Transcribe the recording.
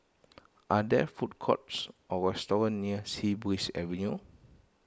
are there food courts or restaurants near Sea Breeze Avenue